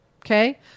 Okay